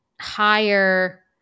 higher